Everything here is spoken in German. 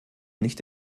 nicht